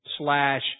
slash